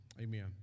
Amen